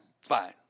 Fine